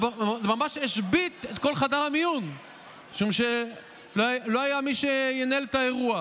והוא ממש השבית את כל חדר המיון משום שלא היה מי שינהל את האירוע,